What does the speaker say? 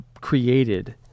created